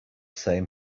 same